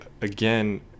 again